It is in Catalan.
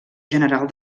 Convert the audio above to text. general